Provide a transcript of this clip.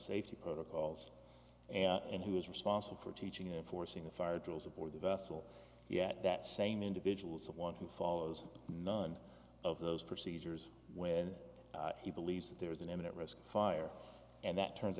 safety protocols and who is responsible for teaching enforcing the fire drills aboard the vessel yet that same individuals the one who follows none of those procedures when he believes that there is an imminent risk of fire and that turns